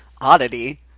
oddity